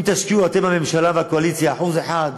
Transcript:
אם תשקיעו אתם, הממשלה והקואליציה, 1%,